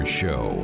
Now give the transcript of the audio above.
show